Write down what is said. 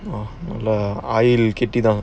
!wah! no lah I'll kick it down